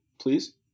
please